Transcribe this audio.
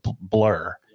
blur